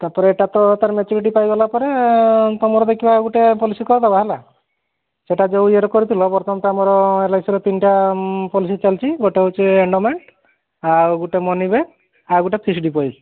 ତା'ପରେ ଏଇଟା ତ ତାର ମ୍ୟାଚୁରିଟି ପାଇଗଲା ପରେ ତୁମର ଦେଖିବା ଆଉ ଗୋଟେ ପଲିସି କରିଦେବା ହେଲା ସେଇଟା ଯୋଉ ଇଏରେ କରିଥିଲ ବର୍ତ୍ତମାନ ତ ଆମର ଏଲ୍ଆଇସିର ତିନିଟା ପଲିସି ଚାଲୁଛି ଗୋଟିଏ ହେଉଛି ଏଣ୍ଡାେମେଣ୍ଟ୍ ଆଉ ଗୋଟିଏ ମନି ବ୍ୟାକ୍ ଆଉ ଗୋଟିଏ ଫିକ୍ସ୍ ଡିପୋଜିଟ୍